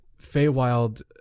Feywild